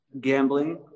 gambling